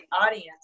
audience